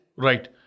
Right